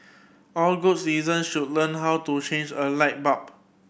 all good citizen should learn how to change a light bulb